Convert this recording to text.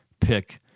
pick